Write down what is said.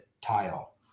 tile